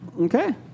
Okay